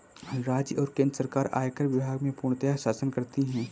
राज्य और केन्द्र सरकार आयकर विभाग में पूर्णतयः शासन करती हैं